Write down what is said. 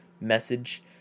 message